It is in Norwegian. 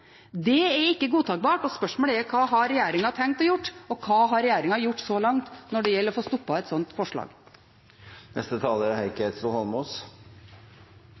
Det kan ikke godtas. Spørsmålet er: Hva har regjeringen tenkt å gjøre, og hva har regjeringen gjort så langt når det gjelder å få stoppet et slikt forslag?